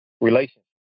relations